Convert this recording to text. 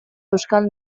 euskal